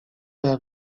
cada